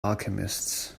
alchemists